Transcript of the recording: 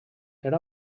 era